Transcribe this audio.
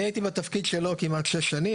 אני הייתי בתפקיד שלו כמעט שש שנים.